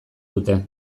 dute